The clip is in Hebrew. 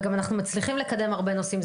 אנחנו גם מצליחים לקדם הרבה נושאים,